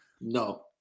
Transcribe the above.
No